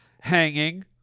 hanging